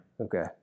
Okay